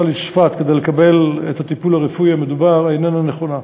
לצפת כדי לקבל את הטיפול הרפואי המדובר איננה נכונה.